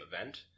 event